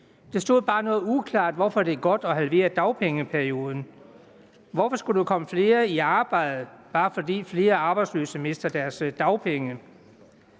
Det stod bare noget uklart, hvorfor det er godt at halvere dagpengeperioden. Hvorfor skulle der komme flere i arbejde, bare fordi flere arbejdsløse mister deres dagpenge?